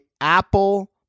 Apple